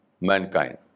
mankind